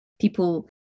people